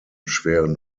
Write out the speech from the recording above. schweren